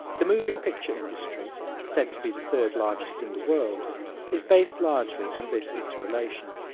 the moving picture industry said to be the third largest in the world is based largely on this interrelation.